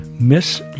Miss